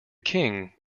king